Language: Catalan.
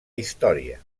història